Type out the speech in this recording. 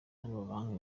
n’amabanki